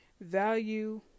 value